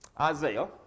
Isaiah